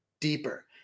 deeper